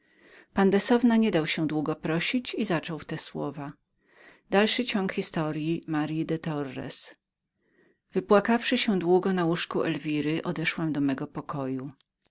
pandesowna nie dał się długo prosić i zaczął w te słowa wypłakawszy się długo na łóżku elwiry odeszłam do mego pokoju